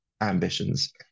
ambitions